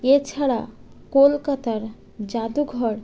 এছাড়া কলকাতার যাদুঘর